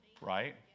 right